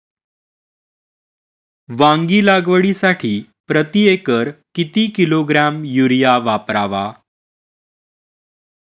वांगी लागवडीसाठी प्रती एकर किती किलोग्रॅम युरिया वापरावा?